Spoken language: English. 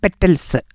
petals